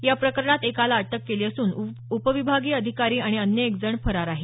याप्रकरणात एकाला अटक केली असून उपविभागीय अधिकारी आणि अन्य एक जण फरार आहे